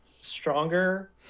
stronger